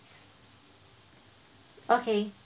okay